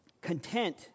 content